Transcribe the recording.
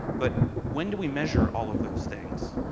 but when do we measure all of those things?